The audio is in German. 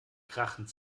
krachend